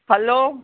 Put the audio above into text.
hello